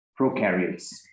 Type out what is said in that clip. prokaryotes